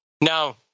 Now